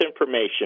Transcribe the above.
information